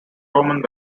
roman